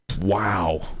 Wow